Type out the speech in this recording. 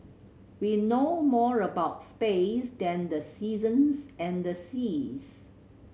we know more about space than the seasons and the seas